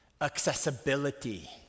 accessibility